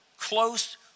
close